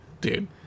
Dude